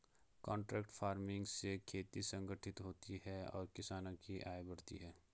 contract farming से खेती संगठित होती है और किसानों की आय बढ़ती है